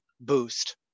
Boost